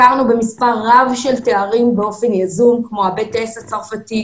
הכרנו במספר רב של תארים באופן יזום כמו ה-BTS הצרפתי,